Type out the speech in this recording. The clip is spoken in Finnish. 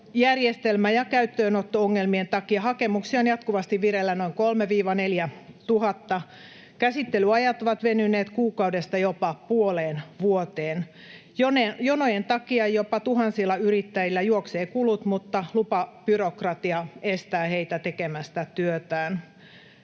järjestelmä- ja käyttöönotto-ongelmien takia hakemuksia on jatkuvasti vireillä noin 3 000—4 000. Käsittelyajat ovat venyneet kuukaudesta jopa puoleen vuoteen. Jonojen takia jopa tuhansilla yrittäjillä juoksevat kulut, mutta lupabyrokratia estää heitä tekemästä työtään.